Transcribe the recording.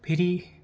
फेरि